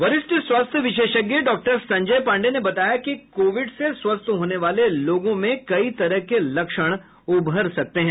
वरिष्ठ स्वास्थ्य विशेषज्ञ डॉक्टर संजय पांडेय ने बताया कि कोविड से स्वस्थ होने वाले लोगों में कई तरह के लक्षण उभर सकते हैं